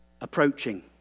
approaching